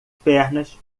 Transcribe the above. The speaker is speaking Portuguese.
pernas